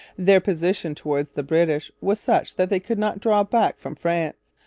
their position towards the british was such that they could not draw back from france,